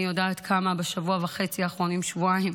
אני יודעת כמה בשבוע וחצי האחרונים, שבועיים,